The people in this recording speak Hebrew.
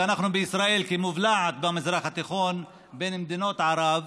ואנחנו בישראל כמובלעת במזרח התיכון בין מדינות ערב,